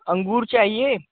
अंगूर चाहिये